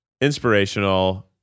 inspirational